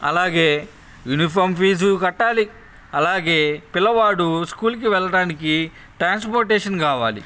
అలాగే uniform fee కట్టాలి అలాగే పిల్లవాడు స్కూలుకి వెళ్ళడానికి ట్రాన్స్పోర్టేషన్ కావాలి